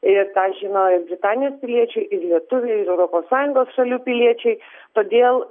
ir tą žino ir britanijos piliečiai ir lietuviai ir europos sąjungos šalių piliečiai todėl